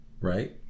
right